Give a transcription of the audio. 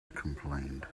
complained